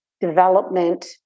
development